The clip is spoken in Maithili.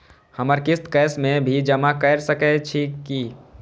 हमर किस्त कैश में भी जमा कैर सकै छीयै की?